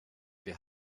wir